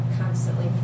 constantly